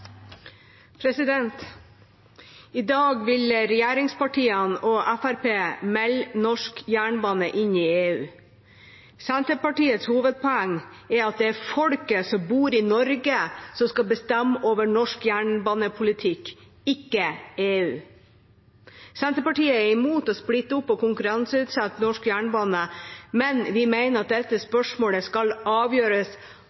I dag vil regjeringspartiene og Fremskrittspartiet melde norsk jernbane inn i EU. Senterpartiets hovedpoeng er at det er folket som bor i Norge, som skal bestemme over norsk jernbanepolitikk, ikke EU. Senterpartiet er imot å splitte opp og konkurranseutsette norsk jernbane, men vi mener at dette